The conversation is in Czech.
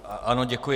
Ano, děkuji.